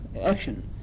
action